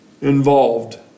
involved